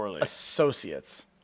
associates